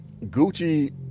Gucci